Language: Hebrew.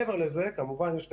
מעבר לזה כמובן יש את